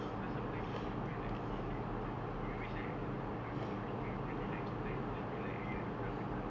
you know sometimes when people like they like macam they always like look below the cubicle then they like keep tanya tanya like !aiya! ada orang ke tak